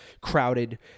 crowded